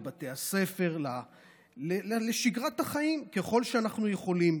לבתי הספר להמשיך בשגרת החיים ככל שאנחנו יכולים,